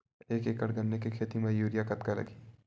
एक एकड़ गन्ने के खेती म यूरिया कतका लगही?